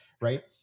Right